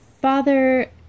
father